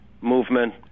movement